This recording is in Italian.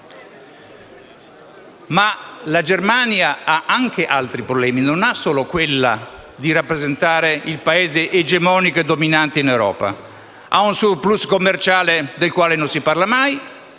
Ma la Germania ha anche altri problemi: non ha solo quello di rappresentare il Paese egemonico e dominante in Europa; ha un *surplus* commerciale del quale non si parla mai;